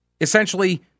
essentially